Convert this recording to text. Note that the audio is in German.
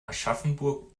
aschaffenburg